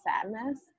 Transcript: sadness